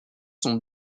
son